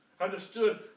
understood